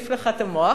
מעיף לך את המוח,